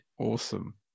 Awesome